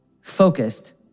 focused